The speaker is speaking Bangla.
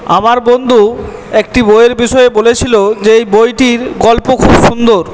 আমার বন্ধু একটি বইয়ের বিষয়ে বলেছিলো যে এই বইটির গল্প খুব সুন্দর